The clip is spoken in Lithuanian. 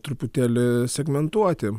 truputėlį segmentuoti